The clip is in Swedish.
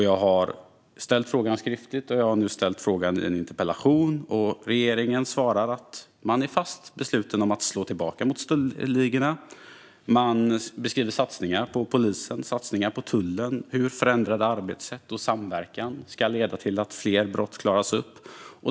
Jag har ställt frågan skriftligt och nu interpellerat, och regeringen svarar att man är fast besluten att slå tillbaka mot stöldligorna och beskriver satsningar på polis och tull och hur förändrade arbetssätt och samverkan ska leda till att fler brott klaras upp.